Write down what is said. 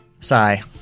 Sigh